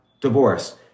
divorce